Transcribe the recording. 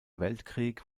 weltkrieg